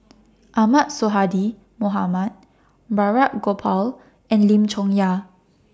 Ahmad Sonhadji Mohamad Balraj Gopal and Lim Chong Yah